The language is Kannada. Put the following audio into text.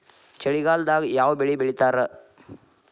ಚಳಿಗಾಲದಾಗ್ ಯಾವ್ ಬೆಳಿ ಬೆಳಿತಾರ?